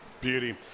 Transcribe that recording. Beauty